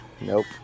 Nope